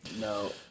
No